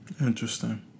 Interesting